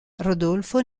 rodolfo